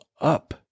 up